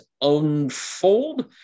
unfold